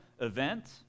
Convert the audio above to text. event